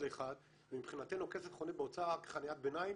לאחת ומבחינתנו הכסף חונה באוצר רק חניית ביניים,